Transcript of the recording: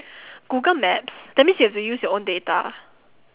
Google Maps that means you have to use your own data